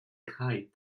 kite